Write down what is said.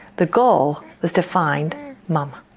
the goal was to find mum.